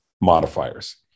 modifiers